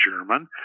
German